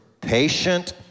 patient